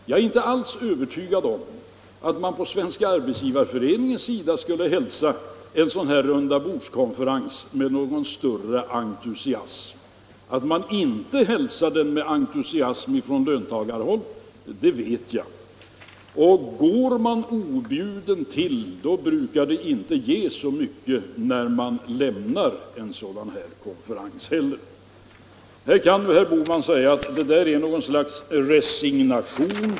Jag är inte alls övertygad om att man från Svenska arbetsgivareföreningens sida skulle hälsa en sådan här rundabordskonferens med någon större entusiasm. Att man inte hälsar den med entusiasm från löntagarhåll, det vet jag. Och går man objuden till, brukar det inte ge så mycket när man går därifrån. Nu kan herr Bohman säga att detta är något slags resignation.